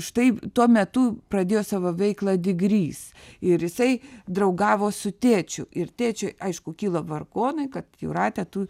štai tuo metu pradėjo savo veiklą digrys ir jisai draugavo su tėčiu ir tėčiui aišku kilo vargonai kad jūrate tu